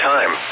Time